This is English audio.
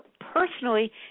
personally